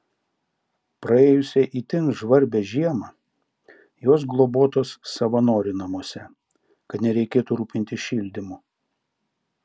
praėjusią itin žvarbią žiemą jos globotos savanorių namuose kad nereikėtų rūpintis šildymu